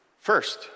First